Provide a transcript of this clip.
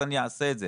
אז אני אעשה את זה.